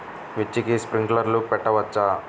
మిర్చికి స్ప్రింక్లర్లు పెట్టవచ్చా?